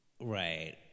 Right